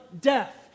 death